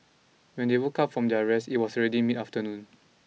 when they woke up from their rest it was already mid afternoon